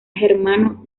germano